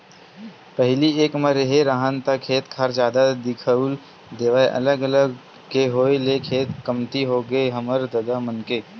पहिली एक म रेहे राहन ता खेत खार जादा दिखउल देवय अलग अलग के होय ले खेत कमती होगे हे हमर ददा मन के